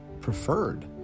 preferred